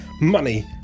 money